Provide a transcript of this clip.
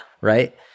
Right